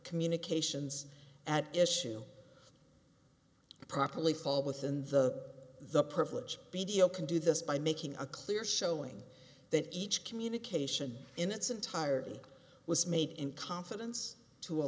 communications at issue properly fall within the privilege b t o can do this by making a clear showing that each communication in its entirety was made in confidence to a